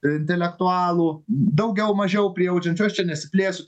intelektualų daugiau mažiau prijaučiančių aš čia nesiplėsiu